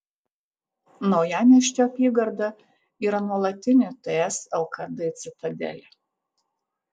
naujamiesčio apygarda yra nuolatinė ts lkd citadelė